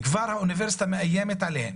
כבר האוניברסיטה מאיימת עליהם,